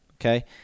Okay